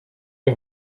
vas